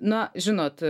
na žinot